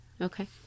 okay